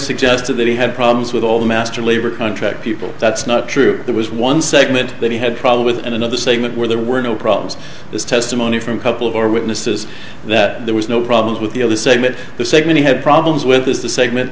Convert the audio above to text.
suggested that he had problems with all the master labor contract people that's not true there was one segment that he had problem with in another segment where there were no problems this testimony from couple or witnesses that there was no problems with the segment the segment had problems with this the segment